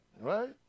Right